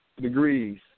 degrees